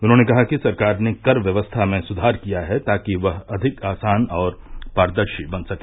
उन्होंने कहा कि सरकार ने कर व्यवस्था में सुधार किया है ताकि वह अधिक आसान और पारदर्शी बन सके